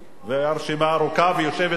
והרשימה ארוכה, ויושבת-ראש סיעה.